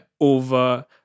over